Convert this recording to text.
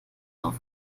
auf